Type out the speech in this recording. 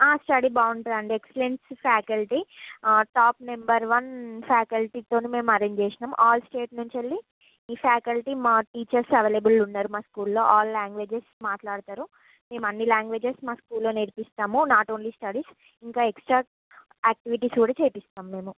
study బాగుంటదండి excellent faculty top number one ఫ్యాకల్టీతో మేము అరేంజ్ చేసిన ఆల్ స్టేట్ నుంచి ఈ ఫ్యాకల్టీ మా టీచర్ అవైలబుల్ ఉన్నారు మా స్కూల్లో ఆల్ లాంగ్వేజెస్ మాట్లాడతారు మేము అన్ని లాంగ్వేజెస్ మా స్కూల్లో నేర్పిస్తాము నాట్ ఓన్లీ స్టడీస్ ఇంకా ఎక్స్ట్రా ఆక్టివిటీస్ కూడా చేయిస్తాము మేము